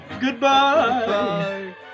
Goodbye